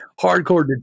hardcore